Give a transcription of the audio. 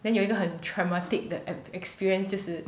then 有一个很 traumatic 的 experience 就是